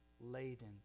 laden